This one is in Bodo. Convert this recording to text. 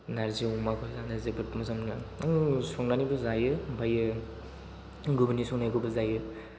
नारजि अमाखौ जानो जोबोद मोजां मोनो आं संनानैबो जायो ओमफ्राय गुबुननि संनायखौबो जायो